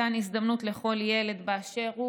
מתן הזדמנות לכל ילד באשר הוא,